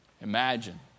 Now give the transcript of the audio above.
Imagine